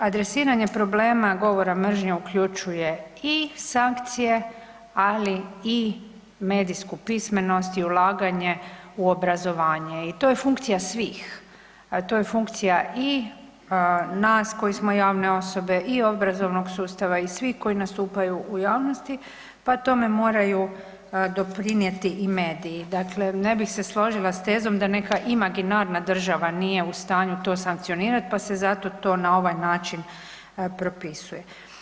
Adresiranje problema govora mržnje uključuje i sankcije ali i medijsku pismenost i ulaganju u obrazovanje i to je funkcija svih, a to je funkcija i nas koji smo javne osobe i obrazovnog sustava i svih koji nastupaju u javnosti, pa tome moraju doprinijeti i mediji, dakle ne bi se složila sa tezom da neka imaginarna država nije u stanju to sankcionirati pa se zato to na ovaj način propisuje.